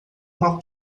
uma